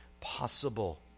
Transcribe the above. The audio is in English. possible